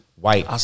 white